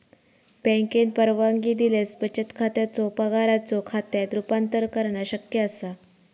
बँकेन परवानगी दिल्यास बचत खात्याचो पगाराच्यो खात्यात रूपांतर करणा शक्य असा